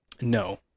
No